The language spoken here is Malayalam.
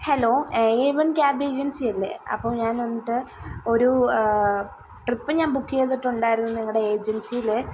hello A one cab agency അല്ലെ അപ്പോൾ ഞാൻ വന്നിട്ട് ഒരു ട്രിപ്പ് ഞാൻ ബുക്ക് ചെയ്തിട്ട് ഉണ്ടായിരുന്നു നിങ്ങളുടെ ഏജൻസിയിൽ